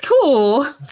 cool